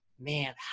Man